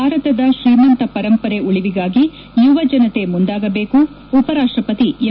ಭಾರತದ ಶ್ರೀಮಂತ ಪರಂಪರೆ ಉಳಿವಿಗಾಗಿ ಯುವ ಜನತೆ ಮುಂದಾಗಬೇಕು ಉಪ ರಾಷ್ಟಪತಿ ಎಂ